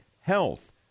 health